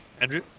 Andrew